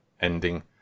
ending